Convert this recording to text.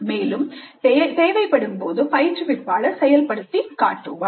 மேலும் தேவைப்படும்போது பயிற்றுவிப்பாளர் செயல்படுத்திகாட்டுவார்